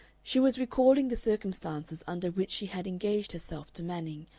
she was recalling the circumstances under which she had engaged herself to manning,